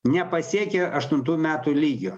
nepasiekė aštuntų metų lygio